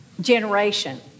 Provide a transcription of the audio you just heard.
generation